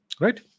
right